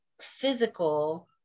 physical